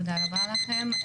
תודה רבה לכם.